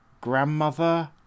grandmother